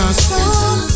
stop